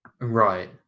Right